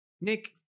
Nick